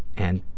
and